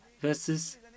versus